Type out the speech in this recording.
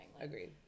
Agreed